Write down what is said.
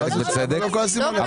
חלק בצדק -- לא כועסים עליה.